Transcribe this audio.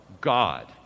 God